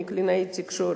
אני קלינאית תקשורת,